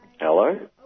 Hello